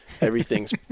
Everything's